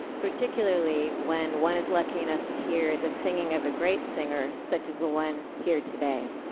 particularly when one is lucky enough to hear the singing of a great singer such as the one here today.